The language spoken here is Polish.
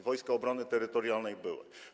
Wojska Obrony Terytorialnej były.